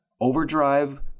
OverDrive